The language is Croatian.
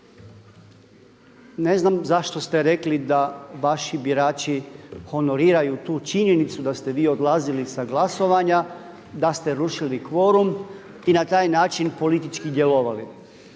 ne znam zašto ste rekli da vaši birači honoriraju tu činjenicu da ste vi odlazili sa glasovanja, da ste rušili kvorum i na taj način politički djelovali.